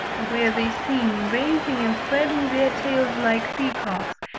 where they sing, raising and spreading their tails like peacocks,